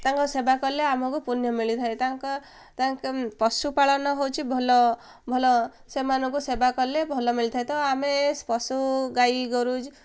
ତାଙ୍କ ସେବା କଲେ ଆମକୁ ପୂଣ୍ୟ ମିଳିଥାଏ ତାଙ୍କ ତାଙ୍କ ପଶୁପାଳନ ହେଉଛି ଭଲ ଭଲ ସେମାନଙ୍କୁ ସେବା କଲେ ଭଲ ମିଳିଥାଏ ତ ଆମେ ପଶୁ ଗାଈ ଗୋରୁଜ